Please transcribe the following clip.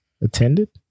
Attended